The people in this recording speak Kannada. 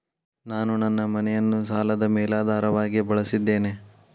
ನಾನು ನನ್ನ ಮನೆಯನ್ನು ಸಾಲದ ಮೇಲಾಧಾರವಾಗಿ ಬಳಸಿದ್ದೇನೆ